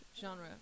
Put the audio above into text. genre